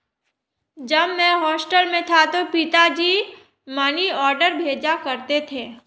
जब मैं हॉस्टल में था तो पिताजी मनीऑर्डर भेजा करते थे